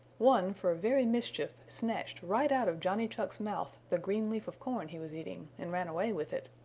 one, for very mischief, snatched right out of johnny chuck's mouth the green leaf of corn he was eating, and ran away with it.